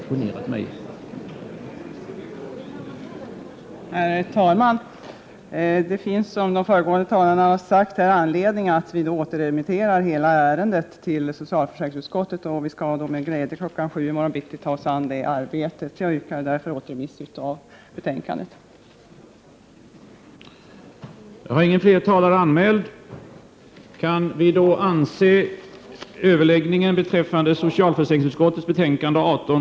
Herr talman! Som framgått av de tidigare talarnas inlägg, finns det anledning att återremittera hela betänkandet till socialförsäkringsutskottet. Vi skall med glädje ta oss an detta arbete kl. 07.00 i morgon bitti. Jag yrkar härmed att betänkandet återförvisas.